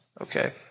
Okay